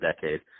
decade